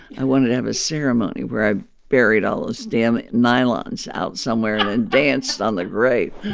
i wanted to have a ceremony where i buried all those damn nylons out somewhere. and danced on the grave